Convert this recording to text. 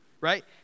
Right